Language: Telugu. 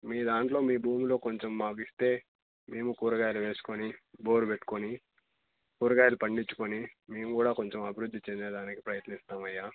మీ దాంట్లో మీ భూమిలో కొంచెం మాకు ఇస్తే మేము కూరగాయలు వేసుకొని బోర్ పెట్టుకొని కూరగాయలు పండించుకొని మేము కూడా కొంచెం అభివృద్ధి చెందడానికి ప్రయత్నిస్తామయ్యా